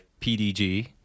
PDG